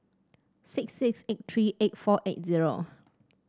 six six eight three eight four eight zero